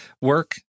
work